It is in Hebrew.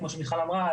כמו שמיכל אמרה,